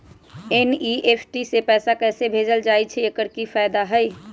NEFT से पैसा कैसे भेजल जाइछइ? एकर की फायदा हई?